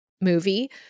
movie